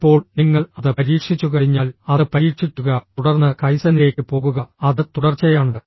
ഇപ്പോൾ നിങ്ങൾ അത് പരീക്ഷിച്ചുകഴിഞ്ഞാൽ അത് പരീക്ഷിക്കുക തുടർന്ന് കൈസെനിലേക്ക് പോകുക അത് തുടർച്ചയാണ്